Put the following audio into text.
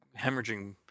hemorrhaging